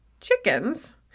chickens